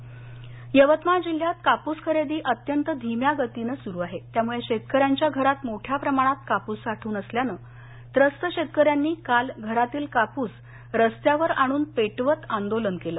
कापस यवतमाळ यवतमाळ जिल्ह्यात कापूस खरेदी अत्यंत धीम्या गतीनं सुरु आहे त्यामुळं शेतकऱ्यांच्या घरात मोठ्या प्रमाणात कापूस साठवून असल्याने त्रस्त शेतकऱ्यांनी काल घरातील कापूस रस्त्यावर आणून पेटवत आंदोलन केल